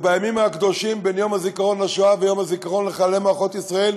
בימים הקדושים בין יום הזיכרון לשואה ויום הזיכרון לחללי מערכות ישראל,